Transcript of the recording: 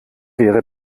wäre